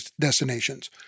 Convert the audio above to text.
destinations